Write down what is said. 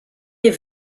est